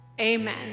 amen